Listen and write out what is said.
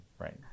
Right